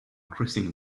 crossing